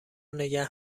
نگه